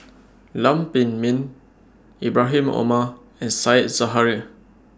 Lam Pin Min Ibrahim Omar and Said Zahari